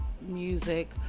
music